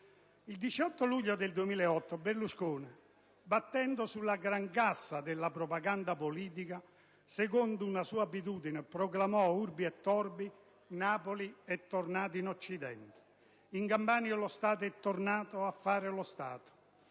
Il 18 luglio 2008, Berlusconi, battendo sulla grancassa della propaganda politica, secondo una sua abitudine, proclamò *urbi et orbi*: "Napoli è tornata in Occidente, in Campania lo Stato è tornato a fare lo Stato",